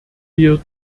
wir